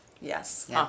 Yes